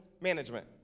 management